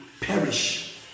perish